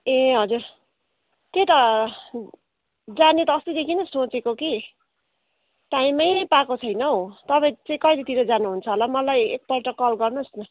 ए हजुर त्यही त जाने त अस्तिदेखि नै सोचेको कि टाइमै पाएको छैन हो तपाईँ चाहिँ कहिलेतिर जानुहुन्छ होला मलाई एकपल्ट कल गर्नुहोस् न